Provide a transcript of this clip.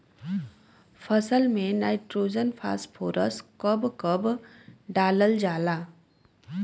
फसल में nitrogen phosphorus कब कब डालल जाला?